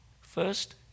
First